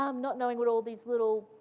um not knowing what all these little,